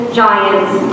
giants